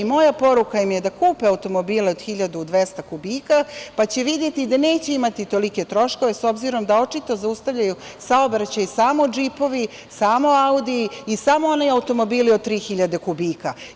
Moja poruka im je da kupe automobile od 1.200 kubika, pa će videti da neće imati tolike troškove, s obzirom da očito zaustavljaju saobraćaj samo džipovi, samo audiji i samo oni automobili od 3.000 kubika.